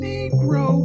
Negro